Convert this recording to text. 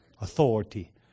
authority